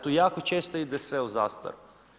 Tu jako često ide sve u zastaru.